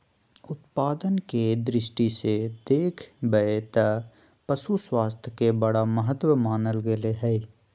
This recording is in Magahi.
उत्पादन के दृष्टि से देख बैय त पशु स्वास्थ्य के बड़ा महत्व मानल गले हइ